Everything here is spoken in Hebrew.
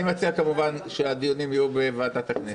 אני מציע כמובן שהדיונים יהיו בוועדת הכנסת.